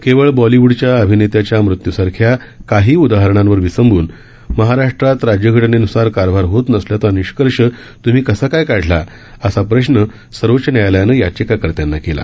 केवळ बॉलीवूडच्या अभिनेत्याच्या मृत्यूसारख्या काही उदाहरणांवर विसंबून महाराष्ट्रात राज्य घटनेन्सार कारभार होत नसल्याचा निष्कर्ष तूम्ही कसा काय काढला असा प्रश्न सर्वोच्च न्यायालयानं याचिकार्त्यांना केला